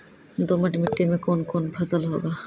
दोमट मिट्टी मे कौन कौन फसल होगा?